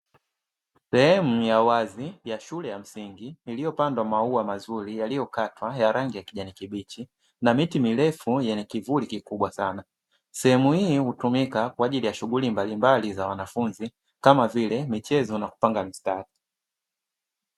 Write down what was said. Sehemu ya wazi ya shule ya msingi, iliyopandwa maua mazuri yaliyokatwa ya rangi ya kijani kibichi, na miti mirefu yenye kivuli kikubwa sana. Sehemu hii hutumika kwa ajili ya shughuli mbalimbali za wanafunzi, kama vile michezo na kupanga mistari.